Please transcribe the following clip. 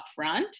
upfront